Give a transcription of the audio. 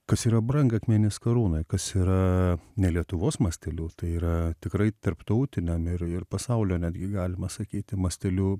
kas yra brangakmenis karūnoj kas yra ne lietuvos masteliu tai yra tikrai tarptautiniam ir ir pasaulio netgi galima sakyti masteliu